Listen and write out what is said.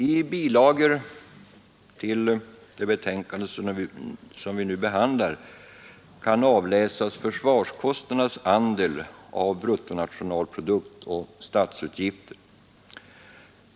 I bilagor till det betänkande som vi nu behandlar kan avläsas försvarskostnadernas andel av bruttonationalprodukt och statsutgifter.